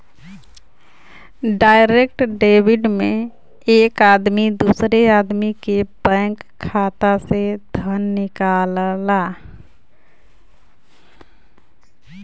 direct debit में एक आदमी दूसरे आदमी के बैंक खाता से धन निकालला